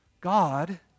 God